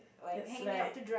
it's like